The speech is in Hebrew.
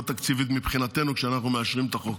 תקציבית מבחינתנו כשאנחנו מאשרים את החוק,